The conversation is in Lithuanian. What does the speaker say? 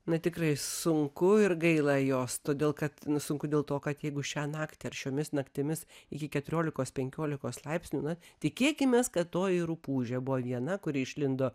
na tikrai sunku ir gaila jos todėl kad sunku dėl to kad jeigu šią naktį ar šiomis naktimis iki keturiolikos penkiolikos laipsnių na tikėkimės kad toji rupūžė buvo viena kuri išlindo